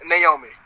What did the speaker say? Naomi